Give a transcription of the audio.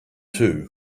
too